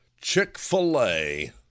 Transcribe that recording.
Chick-fil-A